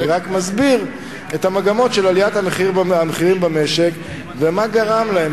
אני רק מסביר את המגמות של עליית המחירים במשק ומה גרם להן,